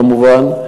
כמובן.